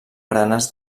baranes